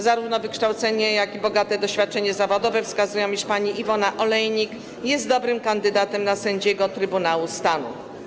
Zarówno wykształcenie, jak i bogate doświadczenie zawodowe wskazują, iż pani Iwona Olejnik jest dobrym kandydatem na sędziego Trybunału Stanu.